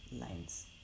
lines